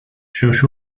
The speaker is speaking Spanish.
sus